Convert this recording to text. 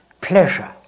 pleasure